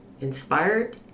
inspired